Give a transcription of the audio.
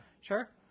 Sure